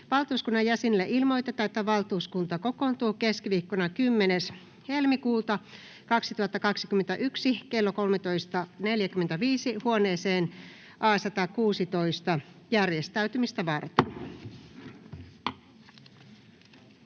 Valtuuskunnan jäsenille ilmoitetaan, että valtuuskunta kokoontuu keskiviikkona 10.2.2021 kello 13.45 huoneeseen A116 järjestäytymistä varten.